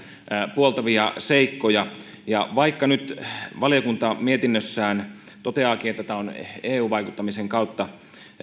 puoltavia seikkoja vaikka nyt valiokunta mietinnössään toteaakin että tämä on eu vaikuttamisen kautta